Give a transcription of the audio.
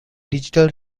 digital